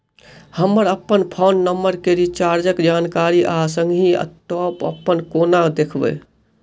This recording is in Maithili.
हम अप्पन फोन नम्बर केँ रिचार्जक जानकारी आ संगहि टॉप अप कोना देखबै?